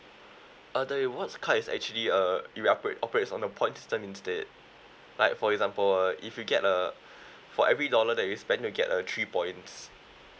err the rewards card is actually uh it operate operates on a points system instead like for example uh if you get uh for every dollar that you spend you'll get uh three points